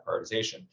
prioritization